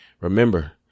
Remember